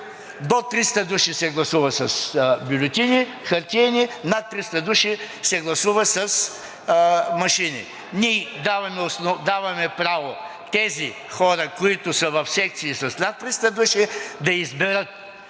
до 300 души се гласува с хартиени бюлетини, над 300 души се гласува с машини. Ние даваме право тези хора, които са в секции с над 300 души, да изберат.